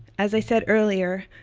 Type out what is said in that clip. as i said earlier,